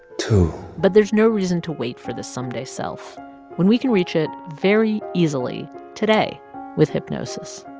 two. but there's no reason to wait for this someday self when we can reach it very easily today with hypnosis